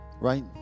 Right